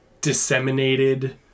disseminated